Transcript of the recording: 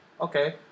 okay